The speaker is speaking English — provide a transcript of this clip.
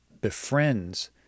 befriends